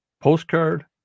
postcard